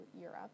Europe